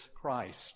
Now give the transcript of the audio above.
Christ